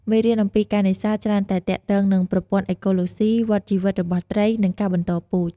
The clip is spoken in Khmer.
មេរៀនអំំពីការនេសាទច្រើនតែទាក់ទងនឺងប្រព័ន្ធអេកូឡូសុី វដ្តជីវិតរបស់ត្រី និងការបន្តពូជ។